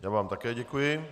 Já vám také děkuji.